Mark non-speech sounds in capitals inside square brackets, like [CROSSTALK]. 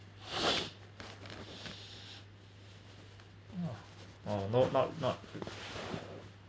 [BREATH] uh oh no not not